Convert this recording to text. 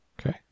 Okay